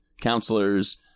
counselors